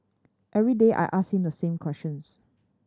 every day I ask him the same questions